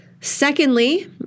Secondly